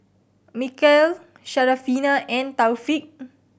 Mikhail Syarafina and Taufik